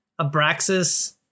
Abraxas